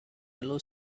yellow